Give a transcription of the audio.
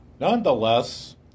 Nonetheless